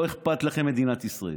לא אכפת לכם מדינת ישראל.